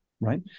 Right